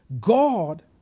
God